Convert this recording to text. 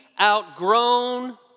outgrown